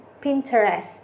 Pinterest